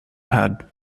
pad